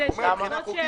הוא אומר שמבחינה חוקית,